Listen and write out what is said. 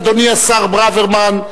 אדוני השר ברוורמן,